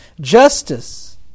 justice